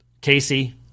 Casey